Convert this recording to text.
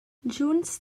junts